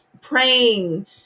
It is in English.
praying